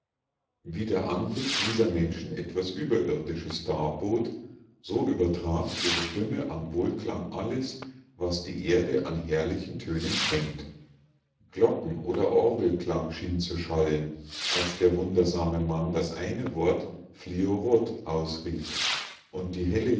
der anblick dieser menschen etwas überirdisches darbot so